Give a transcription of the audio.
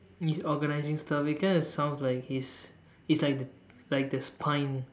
he's organizing stuff it kinda sounds like he's he's like like the spine